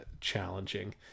challenging